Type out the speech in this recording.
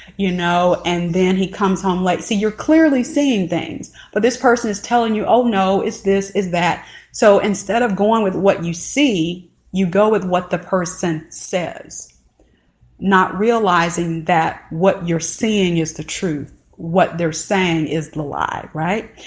you know, and then he comes home late so you're clearly seeing things but this person is telling you oh no is this is that so instead of going with what you see you go with what the person says not realizing that what you're seeing is the truth what they're saying is the lie, right?